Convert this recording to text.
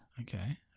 Okay